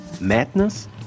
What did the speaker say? Madness